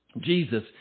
Jesus